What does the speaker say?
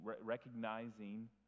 recognizing